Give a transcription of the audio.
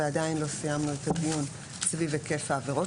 ועדיין לא סיימנו את הדיון סביב היקף העבירות.